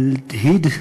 פורמלדהיד,